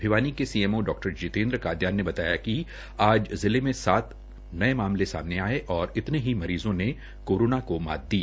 भिवानी से सीएमओ डॉ जितेन्द्र कादियान ने बताया कि आज जिले में सात नये मामले सामने आये और इतने ही मरीज़ों ने कोरोना को मात दी